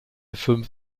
fünf